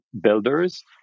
builders